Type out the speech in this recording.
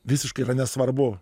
visiškai yra nesvarbu